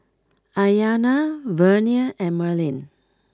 Iyana Vernia and Merlin